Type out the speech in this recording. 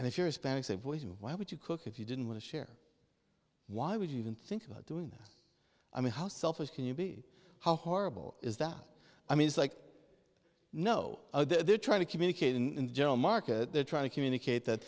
and if you're spanish a voice why would you cook if you didn't want to share why would you even think of doing this i mean how selfish can you be how horrible is that i mean it's like no they're trying to communicate in general market they're trying to communicate that